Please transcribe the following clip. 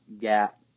gap